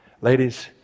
ladies